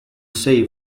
say